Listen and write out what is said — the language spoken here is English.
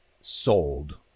sold